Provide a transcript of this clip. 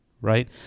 right